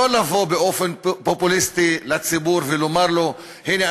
לא לבוא באופן פופוליסטי לציבור ולומר לו: הנה,